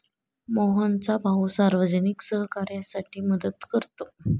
मोहनचा भाऊ सार्वजनिक सहकार्यासाठी मदत करतो